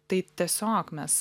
tai tiesiog mes